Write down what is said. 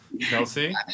Kelsey